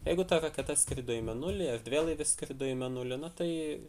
jeigu ta raketa skrido į mėnulį erdvėlaivis skrido į mėnulį nu tai